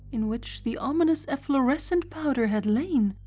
in which the ominous efflorescent powder had lain,